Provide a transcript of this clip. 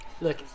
look